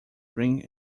bring